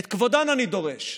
את כבודן אני דורש.